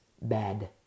bad